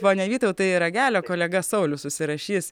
pone vytautai ragelio kolega saulius užsirašys